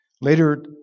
later